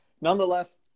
Nonetheless